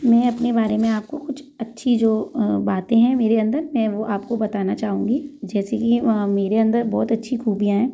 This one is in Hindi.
मैं अपने बारे में आपको कुछ अच्छी जो बातें हैं मेरे अंदर मैं वो आपको बताना चाहूँगी जैसे कि वह मेरे अंदर बहुत अच्छी खूबियाँ हैं